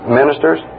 ministers